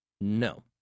No